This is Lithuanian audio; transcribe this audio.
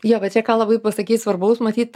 jo va čia ką labai pasakei svarbaus matyt